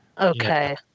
Okay